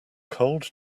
cold